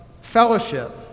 fellowship